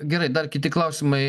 gerai dar kiti klausimai